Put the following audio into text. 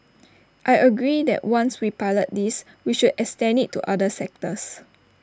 I agree that once we pilot this we should extend IT to other sectors